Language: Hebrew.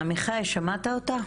עמיחי, שמעת אותה?